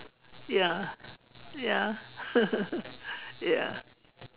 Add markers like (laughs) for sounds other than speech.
ya ya (laughs) ya